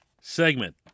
segment